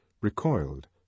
recoiled